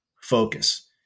focus